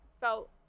felt